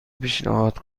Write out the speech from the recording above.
پیشنهاد